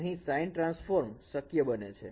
અહીં sine transform શક્ય બને છે